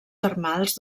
termals